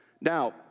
Now